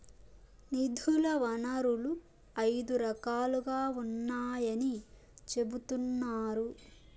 నిధుల వనరులు ఐదు రకాలుగా ఉన్నాయని చెబుతున్నారు